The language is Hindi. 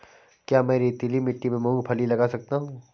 क्या मैं रेतीली मिट्टी में मूँगफली लगा सकता हूँ?